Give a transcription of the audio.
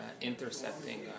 intercepting